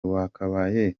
wakabaye